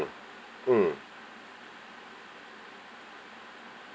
mm